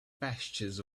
pastures